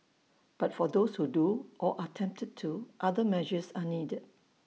but for those who do or are tempted to other measures are needed